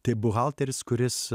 tai buhalteris kuris